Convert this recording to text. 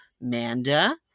Manda